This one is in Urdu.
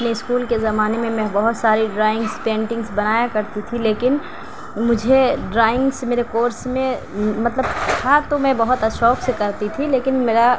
اپنے اسکول کے زمانے میں میں بہت ساری ڈرائنگس پینٹنگس بنایا کرتی تھی لیکن مجھے ڈرائنگس میرے کورس میں مطلب تھا تو میں بہت شوق سے کرتی تھی لیکن میرا